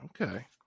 okay